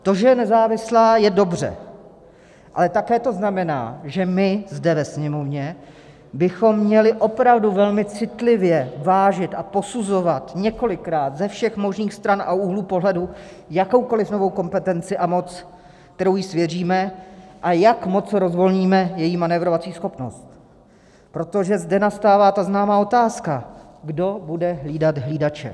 To, že je nezávislá, je dobře, ale také to znamená, že my zde ve Sněmovně bychom měli opravdu velmi citlivě vážit a posuzovat několikrát, ze všech možných stran a úhlů pohledu, jakoukoliv novou kompetenci a moc, kterou jí svěříme, a jak moc rozvolníme její manévrovací schopnost, protože zde nastává ta známá otázka kdo bude hlídat hlídače.